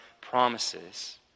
promises